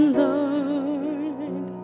lord